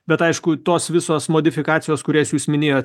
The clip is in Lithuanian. bet aišku tos visos modifikacijos kurias jūs minėjot